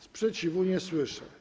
Sprzeciwu nie słyszę.